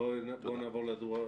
בואו נעבור לדוח השני,